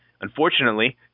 Unfortunately